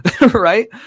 right